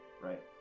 right